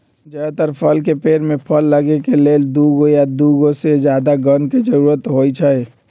जदातर फल के पेड़ में फल लगे के लेल दुगो या दुगो से जादा गण के जरूरत होई छई